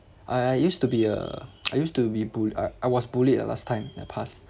I I used to be a I used to be bul~ ah I was bullied ah last time in the past